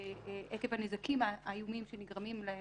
ועקב הנזקים האיומים שנגרמים להן